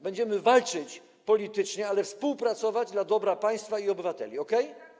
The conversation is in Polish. Będziemy walczyć politycznie, ale współpracować dla dobra państwa i obywateli, okej?